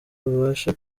rubashe